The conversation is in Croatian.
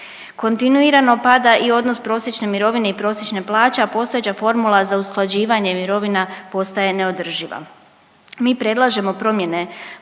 Kontinuirano pada i odnos prosječne mirovine i prosječne plaće, a postojeća formula za usklađivanje mirovina postaje neodrživa. Mi predlažemo promjene